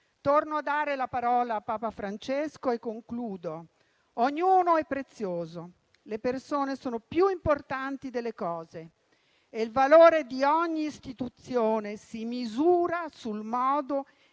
Torno a dare la parola a Papa Francesco e concludo: ognuno è prezioso, le persone sono più importanti delle cose e il valore di ogni istituzione si misura sul modo